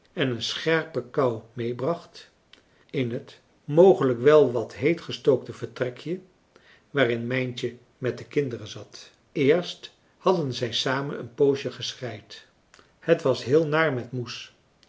en een scherpe kou meebracht in het mogelijk wel wat heet gestookte vertrekje waarin mijntje met de kinderen zat eerst hadden zij samen een poosje geschreid het was heel naar met moes